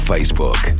Facebook